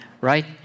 right